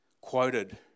quoted